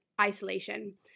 isolation